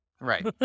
Right